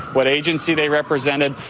what agency they represented.